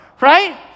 right